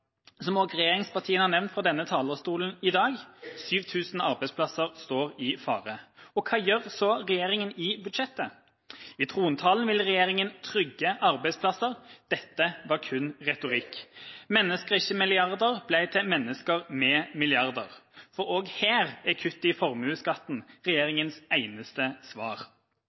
Som også regjeringspartiene har nevnt fra denne talerstolen i dag – 7000 arbeidsplasser står i fare. Hva gjør så regjeringa i budsjettet? I trontalen ville regjeringa trygge arbeidsplasser. Dette var kun retorikk. «Mennesker, ikke milliarder» ble til mennesker med milliarder. For også her er kutt i formuesskatten regjeringas eneste svar.